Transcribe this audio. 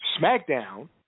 SmackDown